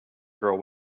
girl